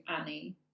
Annie